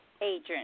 agent